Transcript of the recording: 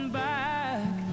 back